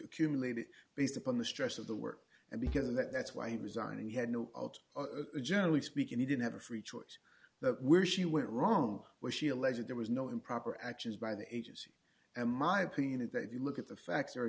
accumulated based upon the stress of the work and because of that that's why he resigned and he had no generally speaking he didn't have a free choice that we're she went wrong where she alleges there was no improper actions by the agency and my opinion is that if you look at the facts are